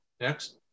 next